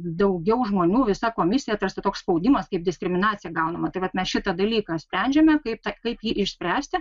daugiau žmonių visa komisija tarsi toks spaudimas kaip diskriminacija gaunama tai vat mes šitą dalyką sprendžiame kaip tą kaip jį išspręsti